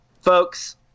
folks